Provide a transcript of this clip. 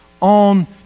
on